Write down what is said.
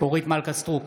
אורית מלכה סטרוק,